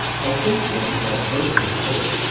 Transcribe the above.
i think, then, that bertram cope,